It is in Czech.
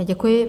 Děkuji.